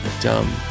dumb